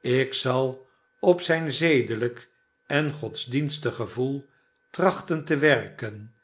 ik zal op zijn zedelijk en godsdienstig gevoel trachten te werken